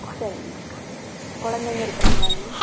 சரிங்க மேம் குலந்தைங்க இருக்குறாங்களாங்க மேம்